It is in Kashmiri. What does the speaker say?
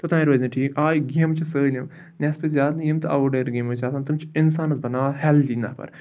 توٚتانۍ روزِ نہٕ ٹھیٖک آ یہِ گیمہٕ چھِ سٲلِم نٮ۪صفہٕ زیادٕ نہٕ یِم تہِ آوُٹ ڈور گیمٕز چھِ آسان تِم چھِ اِنسانَس بَناوان ہٮ۪لدی نفر